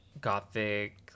gothic